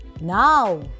Now